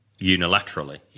unilaterally